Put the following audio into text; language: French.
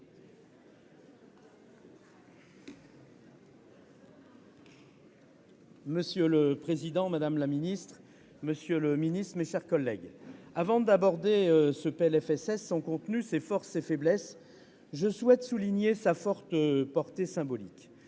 Monsieur le président, madame, monsieur les ministres, mes chers collègues, avant d'aborder ce PLFSS, son contenu, ses forces et ses faiblesses, je souhaite souligner sa forte portée symbolique.